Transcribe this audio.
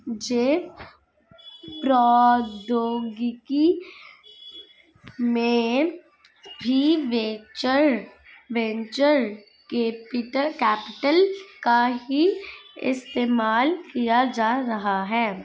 जैव प्रौद्योगिकी में भी वेंचर कैपिटल का ही इस्तेमाल किया जा रहा है